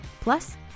Plus